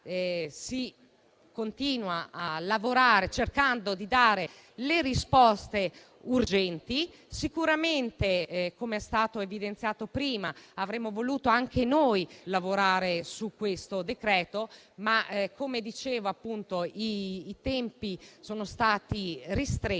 continua a lavorare, cercando di dare le risposte urgenti. Sicuramente, com'è stato evidenziato prima, avremmo voluto anche noi lavorare sul decreto-legge in esame, ma, come dicevo, i tempi sono stati ristretti,